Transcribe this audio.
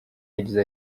yagize